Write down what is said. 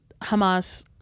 Hamas